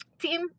team